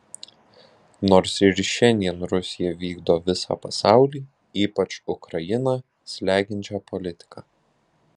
nors ir šiandien rusija vykdo visą pasaulį ypač ukrainą slegiančią politiką